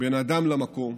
בין אדם למקום,